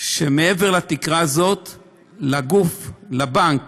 שמעבר לתקרה הזאת, לגוף, לבנק